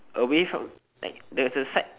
away from like there's a side